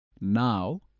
Now